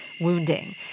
wounding